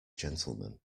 gentleman